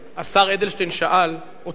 השר אדלשטיין שאל אותי,